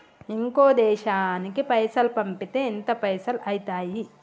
ఇంకో దేశానికి పైసల్ పంపితే ఎంత పైసలు అయితయి?